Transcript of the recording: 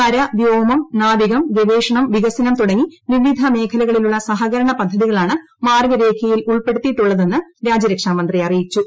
കര വ്യോമം നാവികം ഗവേഷണം വികസനം തുടങ്ങി വിവിധ മേഖലകളിലുളള സഹകരണ പദ്ധതികളാണ് മാർഗരേഖയിൽ ഉൾപ്പെടുത്തിയിട്ടുളളതെന്ന് രാജ്യരക്ഷാമന്ത്രി അറിയിച്ചു